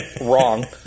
wrong